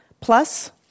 plus